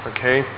Okay